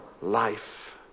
life